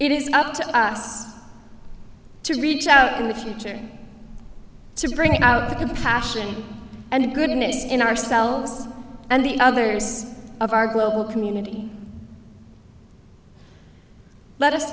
it is up to us to reach out in the future to bring out the passion and the goodness in ourselves and the others of our global community let us